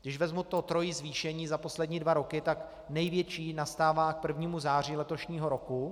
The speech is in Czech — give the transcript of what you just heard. Když vezmu trojí zvýšení za poslední dva roky, tak největší nastává k 1. září letošního roku.